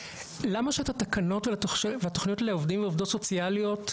למה שאת התקנות והתוכניות לעובדים ולעובדות סוציאליות,